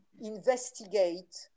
investigate